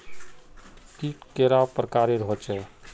कीट कैडा पर प्रकारेर होचे?